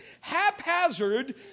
haphazard